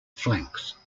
flanks